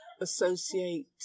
associate